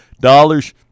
dollars